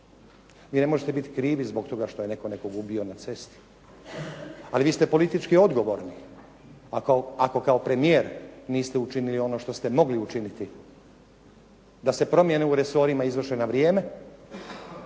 Vi ne možete biti krivi zbog toga što je netko nekoga ubio na cesti, ali vi ste politički odgovorni, ako kao premijer niste učinili ono što ste mogli učiniti da se promjene u resorima izvrše na vrijeme